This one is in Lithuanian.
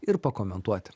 ir pakomentuoti